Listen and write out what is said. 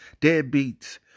deadbeats